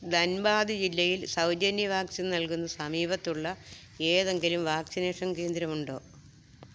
ധൻബാദ് ജില്ലയിൽ സൗജന്യ വാക്സിൻ നൽകുന്ന സമീപത്തുള്ള ഏതെങ്കിലും വാക്സിനേഷൻ കേന്ദ്രമുണ്ടോ